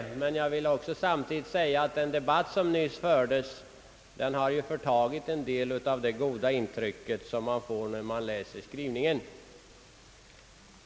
Men jag vill också samtidigt säga att den debatt som nyss fördes har förtagit en del av det goda intryck som man får när man läser skrivningen.